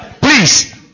Please